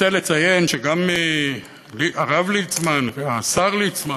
רוצה לציין שגם הרב ליצמן והשר ליצמן